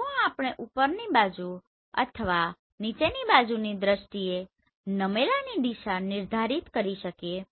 જો આપણે ઉપરની બાજુ અથવા નીચેની બાજુની દ્રષ્ટિએ નમેલાની દિશા નિર્ધારિત કરી શકીએ